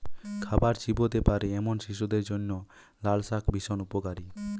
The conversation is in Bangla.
খাবার চিবোতে পারে এমন শিশুদের জন্য লালশাক ভীষণ উপকারী